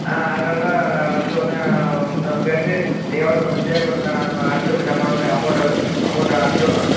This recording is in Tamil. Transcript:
ஆ அதனால தான் நான் வந்து ஒன்றும் நான் இன்னும் கேட்டு நீங்கள் எவ்வளோ இன்னும் தேவைப்படும்னு நான் அடுத்தபடி நான் போனேன்னே அமௌண்டை அமௌண்டை அனுப்பிடுறோம்